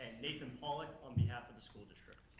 nathan pollock on behalf of the school district.